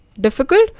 difficult